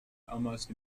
almost